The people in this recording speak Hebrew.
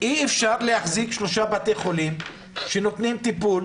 אי אפשר להחזיק שלושה בתי חולים שנותנים טיפול,